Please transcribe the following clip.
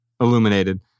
illuminated